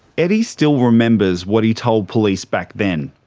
eddie still remembers what he told police back then.